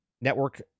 network